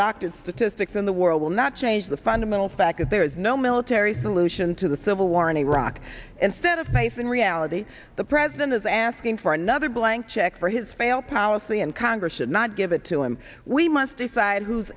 doctor's statistics in the world will not change the fundamental fact that there is no military solution to the civil war in iraq instead of facing reality the president is asking for another blank check for his failed policy and congress and not give it to him we must decide whose